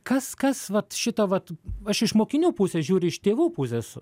kas kas vat šito vat aš iš mokinių pusės žiūri iš tėvų pusės